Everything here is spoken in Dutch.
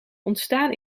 ontstaan